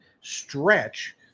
stretch